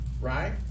right